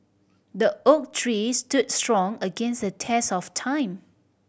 the oak tree stood strong against the test of time